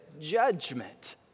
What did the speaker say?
judgment